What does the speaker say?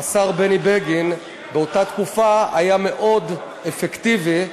השר בני בגין באותה תקופה היה מאוד אפקטיבי.